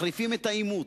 מחריפים את העימות.